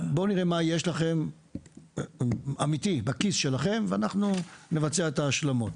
נראה מה יש לכם בכיס ונבצע את ההשלמות.